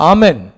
Amen